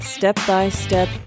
step-by-step